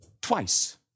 twice